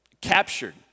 Captured